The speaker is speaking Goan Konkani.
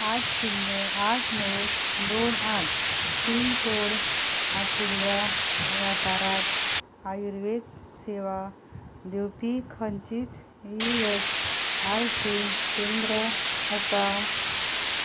आठ शुन्य आठ णव दोन आठ पिनकोड आशिल्ल्या वाठारांत आयुर्वेद सेवा दिवपी खंयचींच ईएसआयसी केंद्र आसा